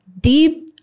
deep